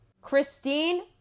Christine